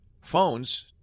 phones